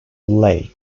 lay